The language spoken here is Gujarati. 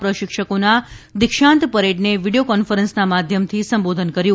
પ્રશિક્ષકોના દિક્ષાંત પરેડને વિડિયો કોન્ફરન્સના માધ્યમથી સંબોધન કર્યું